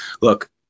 Look